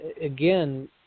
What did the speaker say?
again